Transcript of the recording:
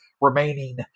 remaining